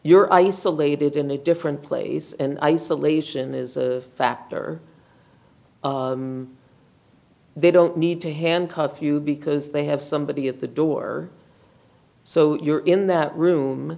you're isolated in a different place and isolation is a factor they don't need to handcuff you because they have somebody at the door so you're in that room